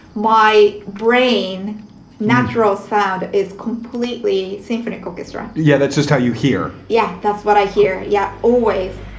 my brain natural sound is completely symphony orchestra. yeah, that's just how you hear. yeah, that's what i hear. yeah. always.